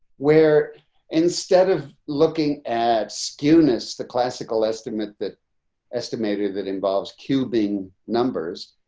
where instead of looking at skewness, the classical estimate that estimated that involves cubing numbers.